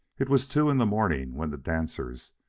it was two in the morning when the dancers,